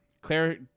Claire